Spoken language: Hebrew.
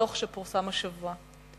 בדוח שפורסם השבוע.